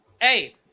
Hey